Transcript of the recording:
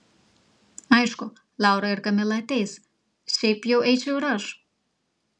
aišku laura ir kamila ateis šiaip jau eičiau ir aš